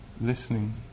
listening